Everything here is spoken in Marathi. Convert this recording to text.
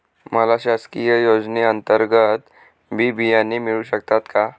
मला शासकीय योजने अंतर्गत बी बियाणे मिळू शकतात का?